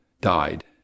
died